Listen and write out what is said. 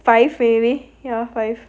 five maybe yeah five